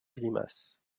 grimaces